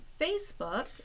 Facebook